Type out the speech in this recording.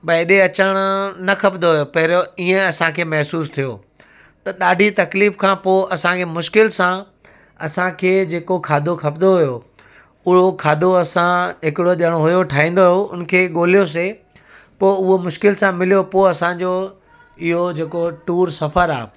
बई हेॾे अचणु न खपंदो हुयो पहिरियों ईअं असांखे महसूसु थियो त ॾाढी तकलीफ़ खां पोइ असांखे मुश्किल सां असांखे जेको खाधो खपंदो हुयो उहो खाधो असां हिकिड़ो ॼणो हुयो ठाहींदो हुयो हुन खे ॻोल्हयोसीं पोइ उहो मुश्किल सां मिलियो असांजो इहो जेको टूर सफ़रु आहे